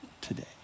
today